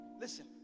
Listen